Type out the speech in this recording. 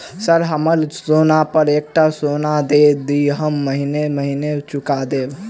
Sir हमरा सोना पर एकटा लोन दिऽ हम महीने महीने चुका देब?